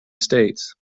states